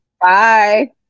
Bye